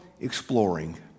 exploring